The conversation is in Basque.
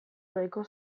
nahiko